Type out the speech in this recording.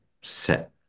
set